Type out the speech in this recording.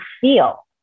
feel